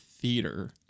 theater